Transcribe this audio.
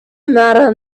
matter